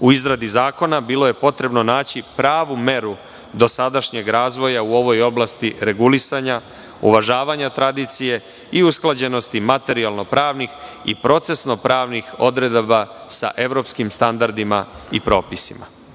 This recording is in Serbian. U izradi zakona bilo je potrebno naći pravu meru dosadašnjeg razvoja u ovoj oblasti, regulisanja, uvažavanja tradicije i usklađenosti materijalno-pravnih i procesno-pravnih odredaba sa evropskim standardima i propisima. Ovaj